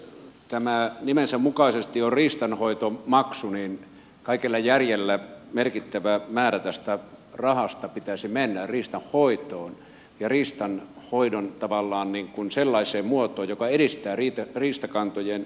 kun tämä nimensä mukaisesti on riistanhoitomaksu niin kaikella järjellä merkittävän määrän tästä rahasta pitäisi mennä riistanhoitoon ja tavallaan riistanhoidon sellaiseen muotoon joka edistää riistakantojen kehittämistä